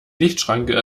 lichtschranke